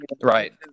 Right